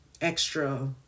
extra